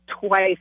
twice